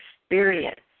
experience